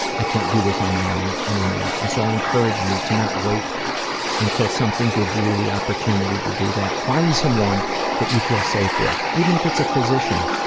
i can't do this on my own anymore. and so i encourage you to not wait until something gives you the opportunity to do that. find someone that you feel safe with, even if it's a physician.